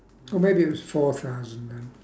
or maybe it was four thousand then